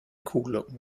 kuhglocken